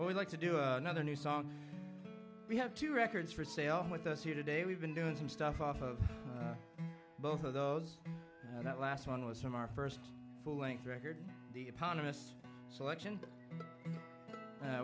would like to do another new song we have two records for sale with us here today we've been doing some stuff off of both of those and that last one was from our first full length record the economist's selection a